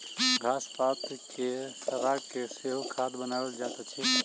घास पात के सड़ा के सेहो खाद बनाओल जाइत अछि